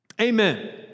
Amen